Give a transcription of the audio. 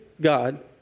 God